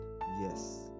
Yes